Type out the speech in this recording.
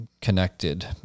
connected